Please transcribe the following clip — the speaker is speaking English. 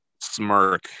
smirk